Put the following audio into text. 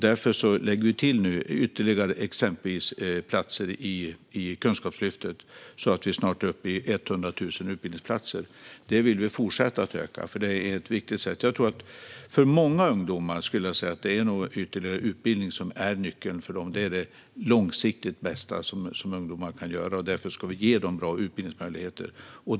Därför lägger vi nu till exempelvis ytterligare platser i Kunskapslyftet, så att vi snart är uppe i 100 000 utbildningsplatser. Det vill vi fortsätta att öka, för det är viktigt. För många ungdomar är det nog ytterligare utbildning som är nyckeln. Det är det långsiktigt bästa som ungdomar kan göra, och därför ska vi ge dem bra utbildningsmöjligheter.